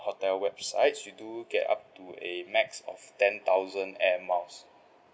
hotel websites you do get up to a max of ten thousand air miles